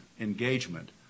engagement